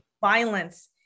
violence